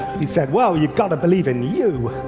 he said, well, you've got to believe in you!